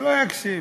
לא מקשיב.